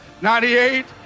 98